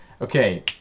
Okay